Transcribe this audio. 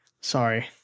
Sorry